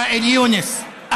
ואאל יונס,